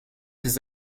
his